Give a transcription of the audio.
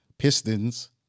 Pistons